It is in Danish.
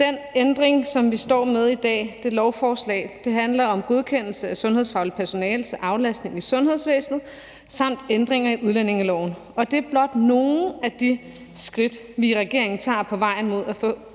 en ændring, som vi står med her i dag, handler om godkendelse af sundhedsfagligt personale til aflastning i sundhedsvæsenet samt ændringer i udlændingeloven. Og det er blot nogle af de skridt, vi i regeringen tager på vejen mod at få